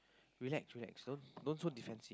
relax relax don't don't so defensive